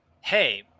Hey